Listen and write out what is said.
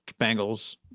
Bengals